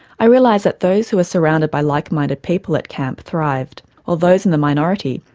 i realised that those who were surrounded by like-minded people at camp thrived, while those in the minority,